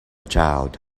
child